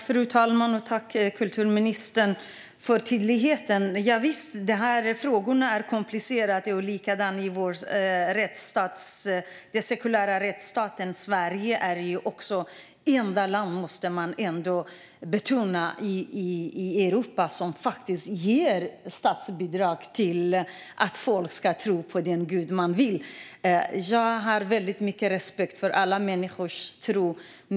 Fru talman! Tack, kulturministern, för tydligheten! Javisst, de här frågorna är komplicerade. Det måste också betonas att den sekulära rättsstaten Sverige är det enda land i Europa som ger statsbidrag till att folk ska kunna tro på den gud de vill. Jag har mycket stor respekt för alla människors tro.